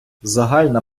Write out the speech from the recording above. загальна